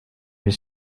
with